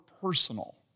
personal